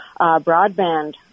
broadband